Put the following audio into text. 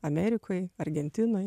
amerikoj argentinoj